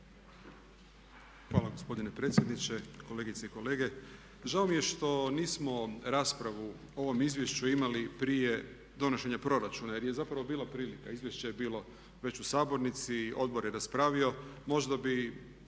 Hvala gospodine predsjedniče, kolegice i kolege. Žao mi je što nismo raspravu o ovom izvješću imali prije donošenja proračuna jer je zapravo bila prilika, izvješće je bilo već u sabornici, odbor je raspravio. Možda bi